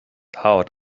out